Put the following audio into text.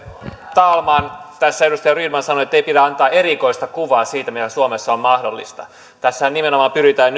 talman tässä edustaja rydman sanoi ettei pidä antaa erikoista kuvaa siitä mikä suomessa on mahdollista tässähän nimenomaan pyritään